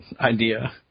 idea